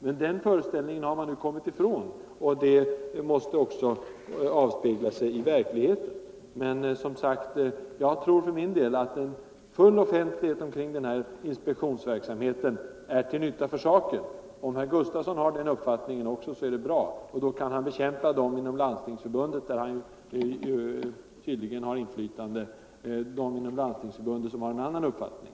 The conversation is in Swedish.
Men den uppfattningen har man nu kommit ifrån, och det måste också avspegla sig i verkligheten. Jag tror att full offentlighet kring denna inspektionsverksamhet är till nytta för saken. Om herr Gustavsson har den uppfattningen också så är det bra, och då kan han inom Landstingsförbundet, där han tydligen har inflytande, bekämpa dem som har en annan uppfattning.